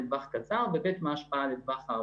מה ההשפעה לטווח קצר,